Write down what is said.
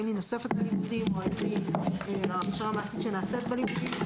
האם היא נוספת ללימודים או האם היא הכשרה מעשית שנעשית בלימודים?